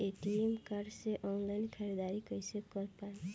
ATM card से online ख़रीदारी कइसे कर पाएम?